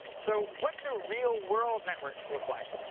so what do real world networks look like?